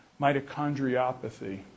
mitochondriopathy